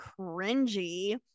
cringy